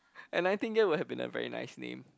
and I think that would have been a very nice name